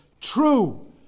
true